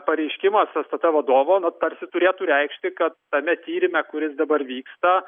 pareiškimas stt vadovo na tarsi turėtų reikšti kad tame tyrime kuris dabar vyksta